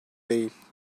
değil